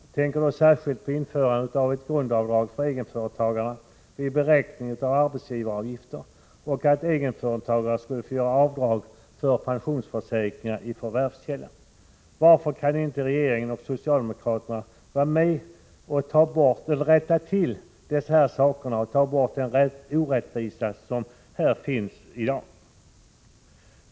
Jag tänker särskilt på införandet av ett grundavdrag för egenföretagarna vid beräkning av arbetsgivaravgifter och att egenföretagare skall få göra avdrag för pensionsförsäkringar i förvärvskällan. Varför kan inte regeringen och socialdemokraterna gå med på att ta bort den orättvisa som här finns i dag?